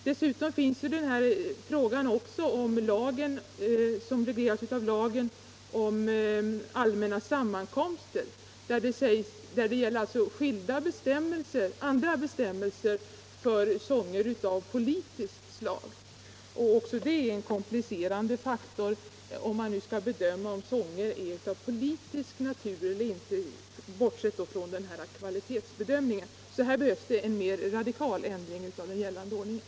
Dessutom har vi den reglering som görs genom lagen om allmänna sammankomster, som innehåller andra bestämmelser för sånger av t.ex. politiskt slag. Även det är en komplicerande faktor om man skall bedöma om sånger är av politisk natur eller inte, förutom en kvalitetsbedömning. Här behövs en mer radikal ändring av den gällande ordningen.